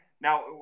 Now